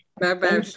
Bye-bye